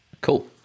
cool